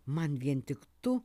man vien tik tu